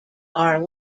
are